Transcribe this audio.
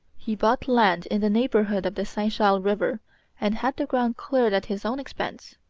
he bought land in the neighbourhood of the st charles river and had the ground cleared at his own expense.